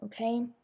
okay